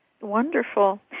Wonderful